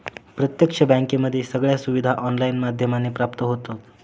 प्रत्यक्ष बँकेमध्ये सगळ्या सुविधा ऑनलाईन माध्यमाने प्राप्त होतात